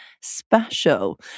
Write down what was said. special